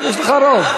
יש לך רוב.